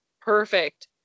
perfect